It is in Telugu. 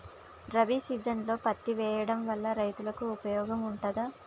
రబీ సీజన్లో పత్తి వేయడం వల్ల రైతులకు ఉపయోగం ఉంటదా?